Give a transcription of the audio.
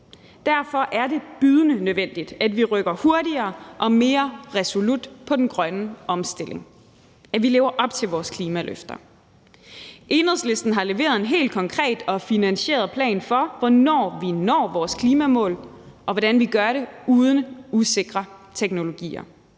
derfor er det bydende nødvendigt, at vi rykker hurtigere og mere resolut på den grønne omstilling, og at vi lever op til vores klimaløfter. Enhedslisten har leveret en helt konkret og finansieret plan for, hvornår vi når vores klimamål, og hvordan vi gør det uden usikre teknologier.